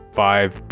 five